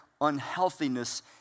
unhealthiness